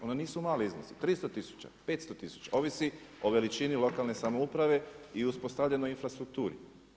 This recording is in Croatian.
Oni nisu mali iznosi, 300 tisuća, 500 tisuća, ovisi o veličini lokalne samouprave i uspostavljenoj infrastrukturi.